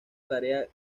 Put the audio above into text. tarea